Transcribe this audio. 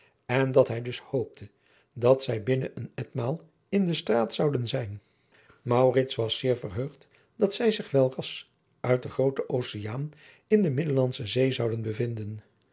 en dat hij dus hoopte dat zij binnen een etmaal in de straat zouden zijn maurits was zeer verheugd dat zij zich welras uit den grooten oceaan in de middellandsche zee zouden bevinden